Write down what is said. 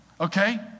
okay